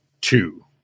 two